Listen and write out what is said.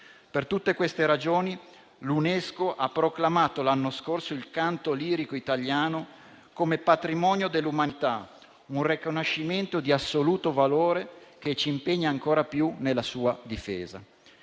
Per tutte queste ragioni, l'anno scorso l'UNESCO ha proclamato il canto lirico italiano come patrimonio dell'umanità, un riconoscimento di assoluto valore che ci impegna ancora più nella sua difesa.